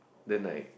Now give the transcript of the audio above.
then I